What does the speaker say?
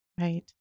Right